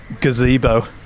gazebo